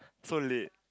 so late